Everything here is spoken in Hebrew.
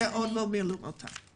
יש תקנים שעוד לא מילאו אותם,